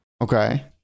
okay